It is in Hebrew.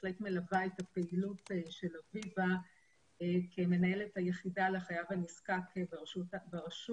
בהחלט מלווה את הפעילות של אביבה כמנהלת היחידה לחייב הנזקק ברשות,